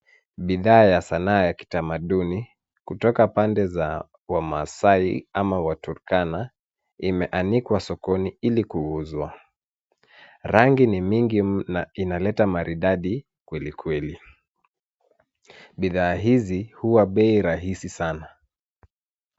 Bidhaa ya sanaa ya kitamaduni kutoka pande za wamasai ama waturkana, imeanikwa sokoni ili kuuzwa. Rangi ni mingi na inaleta maridadi kwelikweli. Bidhaa hizi huwa bei rahisi sana.